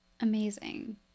amazing